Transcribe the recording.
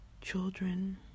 children